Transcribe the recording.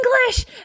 English